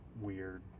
weird